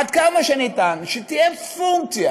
עד כמה שניתן, שתהיה פונקציה